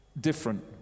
different